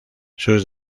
sus